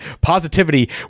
Positivity